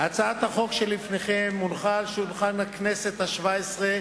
הצעת החוק שלפניכם הונחה על שולחן הכנסת השבע-עשרה